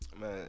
Man